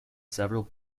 several